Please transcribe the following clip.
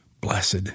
blessed